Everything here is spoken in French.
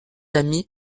amis